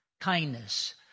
kindness